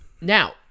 Now